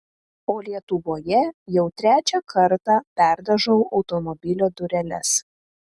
o lietuvoje jau trečią kartą perdažau automobilio dureles